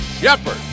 Shepard